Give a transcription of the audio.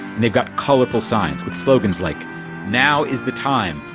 they've got colorful signs with slogans like now is the time!